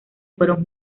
fueron